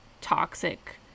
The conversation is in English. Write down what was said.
toxic